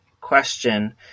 question